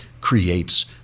creates